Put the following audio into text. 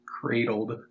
Cradled